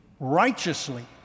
righteously